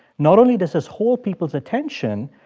not only does this hold people's attention,